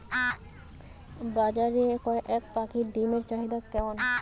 বাজারে কয়ের পাখীর ডিমের চাহিদা কেমন?